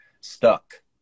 stuck